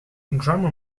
drummer